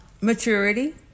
maturity